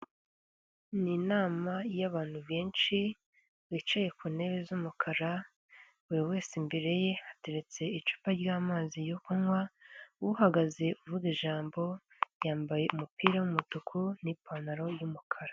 Ni inama y'abantu benshi bicaye ku ntebe z'umukara buri wese imbere ye hateretse icupa ry'amazi yo kunywa, uhagaze uvuga ijambo yambaye umupira w'umutuku n'ipantaro y'umukara.